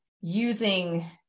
using